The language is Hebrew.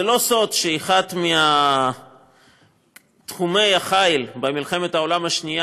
זה לא סוד שאחד מתחומי החיל במלחמת העולם השנייה